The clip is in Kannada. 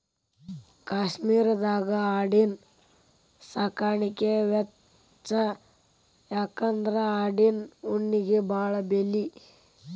ಕಾಶ್ಮೇರದಾಗ ಆಡಿನ ಸಾಕಾಣಿಕೆ ಹೆಚ್ಚ ಯಾಕಂದ್ರ ಆಡಿನ ಉಣ್ಣಿಗೆ ಬಾಳ ಬೆಲಿ